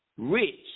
rich